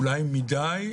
אולי מדי,